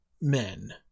men